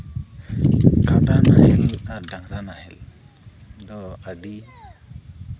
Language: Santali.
ᱠᱟᱰᱟ ᱱᱟᱦᱮᱞ ᱟᱨ ᱰᱟᱝᱨᱟ ᱱᱟᱦᱮᱞ ᱫᱚ ᱟᱹᱰᱤ